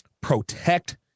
protect